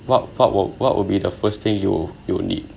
what what would what would be the first thing you you need